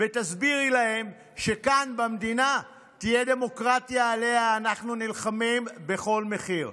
ותסבירי להם שכאן במדינה תהיה דמוקרטיה שעליה אנחנו נלחמים בכל מחיר.